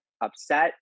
upset